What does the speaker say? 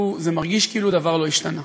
וההרגשה היא כאילו דבר לא השתנה.